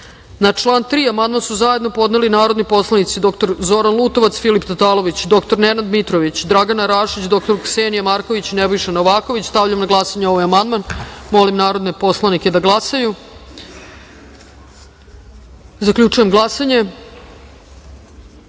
član 3. amandman su zajedno podneli narodni poslanici dr. Zoran Lutovac, Filip Tatalović, dr. Nenad Mitrović, Dragana Rašić, dr. Ksenija Marković i Nebojša Novaković. Stavljam na glasanje ovaj amandman. Molim narodne poslanike da pritisnu odgovarajući taster